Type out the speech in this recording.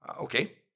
okay